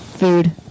Food